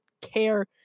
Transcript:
care